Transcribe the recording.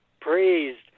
praised